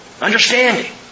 Understanding